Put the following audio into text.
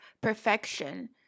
perfection